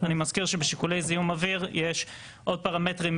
אני מזכיר שבשיקולי זיהום אוויר יש עוד פרמטרים,